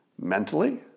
mentally